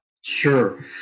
Sure